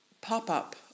pop-up